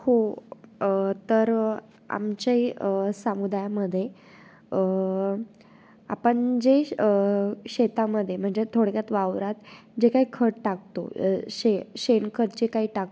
हो तर आमचे सामुदायामध्ये आपण जे शेतामध्ये म्हणजे थोडक्यात वावरात जे काय खत टाकतो शे शेणखत जे काही टाकतो